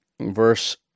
verse